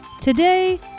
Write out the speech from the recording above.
Today